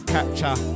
Capture